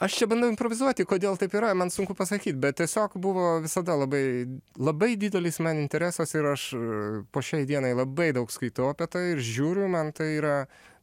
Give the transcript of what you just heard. aš čia bandau improvizuoti kodėl taip yra man sunku pasakyt bet tiesiog buvo visada labai labai didelis man interesas ir aš po šiai dienai labai daug skaitau apie tai ir žiūriu man tai yra